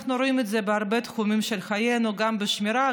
אנחנו רואים את זה בהרבה תחומים של חיינו: גם בשמירה,